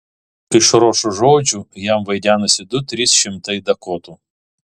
iš ročo žodžių jam vaidenasi du trys šimtai dakotų